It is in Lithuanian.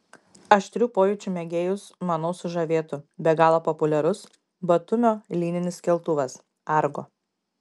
aštrių pojūčių mėgėjus manau sužavėtų be galo populiarus batumio lyninis keltuvas argo